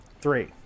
Three